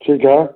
ठीक है